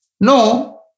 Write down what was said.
No